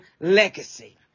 legacy